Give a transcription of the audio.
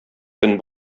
көн